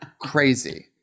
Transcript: crazy